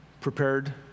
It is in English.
prepared